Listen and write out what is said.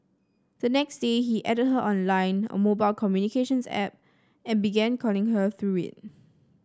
the next day he added her on Line a mobile communications app and began calling her through it